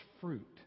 fruit